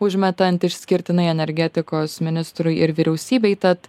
užmetat išskirtinai energetikos ministrui ir vyriausybei tad